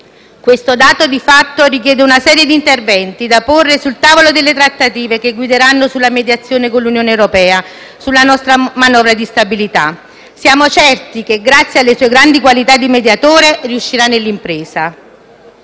Questo dato di fatto richiede una serie di interventi da porre sul tavolo delle trattative che guideranno la sua mediazione con l'Unione europea sulla nostra manovra di stabilità. Siamo certi che, grazie alle sue grandi qualità di mediatore, riuscirà nell'impresa.